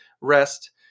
rest